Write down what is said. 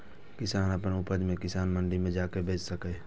किसान अपन उपज कें किसान मंडी मे जाके बेचि सकैए